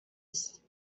است